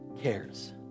cares